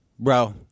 Bro